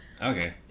Okay